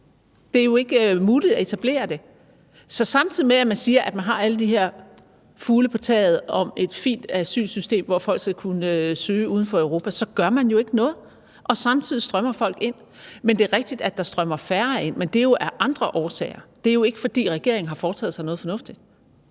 det er jo ikke muligt at etablere det. Så samtidig med at man siger, at man har alle de her fugle på taget med et fint asylsystem, hvor folk skal kunne søge uden for Europa, så gør man jo ikke noget. Og samtidig strømmer folk ind. Det er rigtigt, at der strømmer færre ind, men det er jo af andre årsager; det er jo ikke, fordi regeringen har foretaget sig noget fornuftigt.